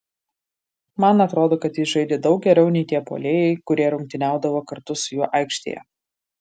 man atrodo kad jis žaidė daug geriau nei tie puolėjai kurie rungtyniavo kartu su juo aikštėje